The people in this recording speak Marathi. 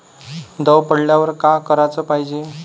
दव पडल्यावर का कराच पायजे?